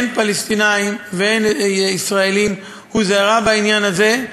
הן פלסטינים והן ישראלים, היא הוזהרה בעניין הזה.